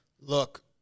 Look